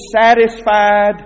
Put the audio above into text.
satisfied